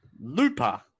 Looper